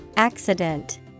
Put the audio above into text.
Accident